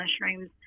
mushrooms